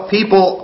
People